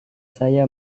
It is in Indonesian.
saya